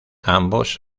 ambos